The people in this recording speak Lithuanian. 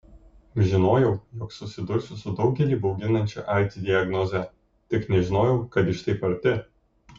žinojau jog susidursiu su daugelį bauginančia aids diagnoze tik nežinojau kad iš taip arti